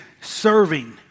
serving